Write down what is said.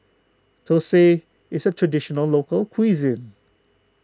Thosai is a Traditional Local Cuisine